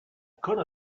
could